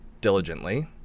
diligently